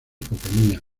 compañías